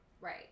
Right